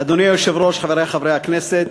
אדוני היושב-ראש, חברי חברי הכנסת,